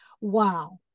wow